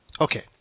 Okay